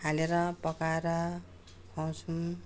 हालेर पकाएर खुवाउँछौँ